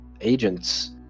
agents